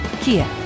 Kia